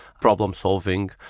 problem-solving